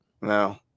No